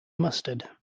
mustard